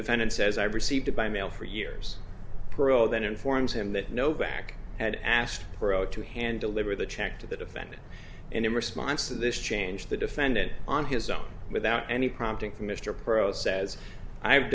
defendant says i received by mail for years parole then informs him that no back had asked pro to hand deliver the check to the defendant and in response to this change the defendant on his own without any prompting from mr pro says i've